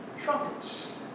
trumpets